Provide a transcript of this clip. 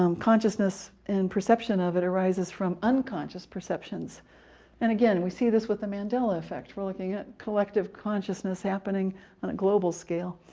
um consciousness and perception of it arises from unconscious and again we see this with the mandela effect we're looking at collective consciousness happening on a global scale.